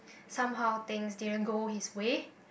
somehow things didn't go his way